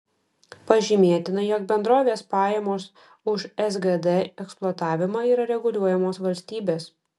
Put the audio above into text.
pažymėtina jog bendrovės pajamos už sgd eksploatavimą yra reguliuojamos valstybės